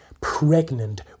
pregnant